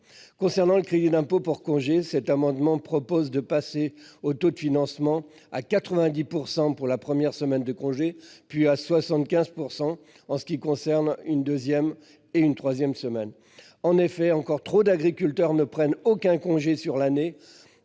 Concernant le crédit d'impôt pour congé, l'amendement tend à fixer le taux de financement à 90 % pour la première semaine de congé, puis à 75 % pour la deuxième et troisième semaine. En effet, encore trop d'agriculteurs ne prennent aucun congé sur l'année,